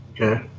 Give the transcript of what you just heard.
Okay